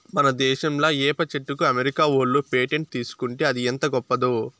మన దేశంలా ఏప చెట్టుకి అమెరికా ఓళ్ళు పేటెంట్ తీసుకుంటే అది ఎంత గొప్పదో